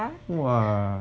yeah